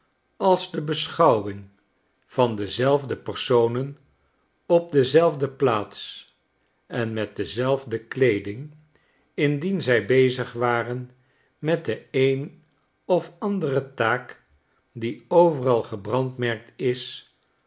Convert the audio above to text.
als de beschouwing van dezelfde personen op dezelfde plaats en met dezelfde kleeding indien zij bezig waren met de een of andere taak die overal gebrandmerkt is